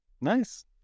Nice